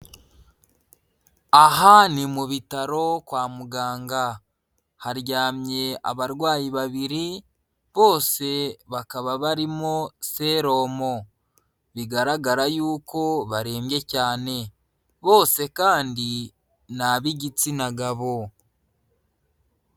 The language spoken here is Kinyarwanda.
Aha ni mu bitaro kwa muganga, haryamye abarwayi babiri bose bakaba barimo seromo, bigaragara yuko barembye cyane, bose kandi ni ab'igitsina gabo.